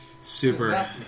super